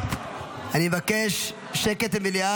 אני מבקש שקט במליאה.